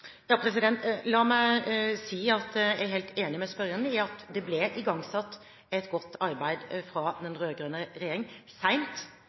La meg si at jeg er helt enig med spørreren i at det ble igangsatt et godt arbeid fra